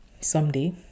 someday